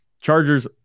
Chargers